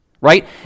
Right